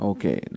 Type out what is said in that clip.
Okay